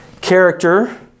character